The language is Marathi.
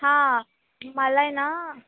हां माला आहे ना